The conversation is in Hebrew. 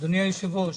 אדוני היושב-ראש.